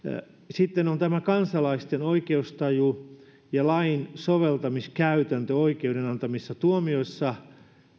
sitten on tämä kansalaisten oikeustaju ja lain soveltamiskäytäntö oikeuden antamissa tuomioissa